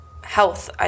health